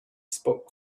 spoke